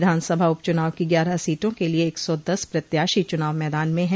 विधान सभा उपुचनाव की ग्यारह सीटों के लिए एक सौ दस प्रत्याशी चुनाव मैंदान में हैं